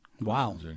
Wow